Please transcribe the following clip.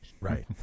Right